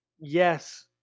Yes